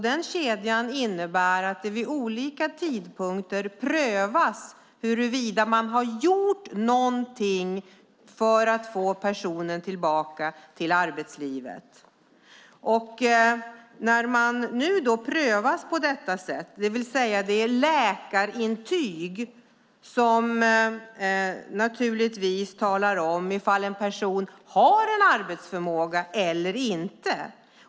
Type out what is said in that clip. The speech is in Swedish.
Den kedjan innebär att det vid olika tidpunkter prövas för att se om någonting gjorts för att få en person tillbaka till arbetslivet. När det prövas på detta sätt är det naturligtvis ett läkarintyg som visar om en person har arbetsförmåga eller inte.